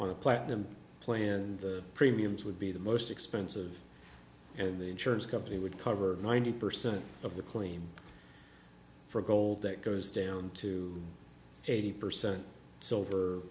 one a platinum plan the premiums would be the most expensive and the insurance company would cover ninety percent of the claim for gold that goes down to eighty percent s